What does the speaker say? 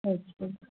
अच्छा